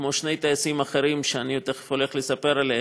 כמו שני הטייסים האחרים שאני תכף הולך לספר עליהם,